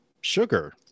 sugar